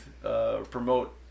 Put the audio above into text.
promote